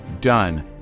done